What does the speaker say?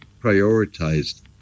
prioritized